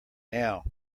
now